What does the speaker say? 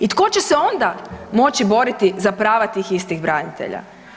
I tko će se onda moći boriti za prava tih istih branitelja?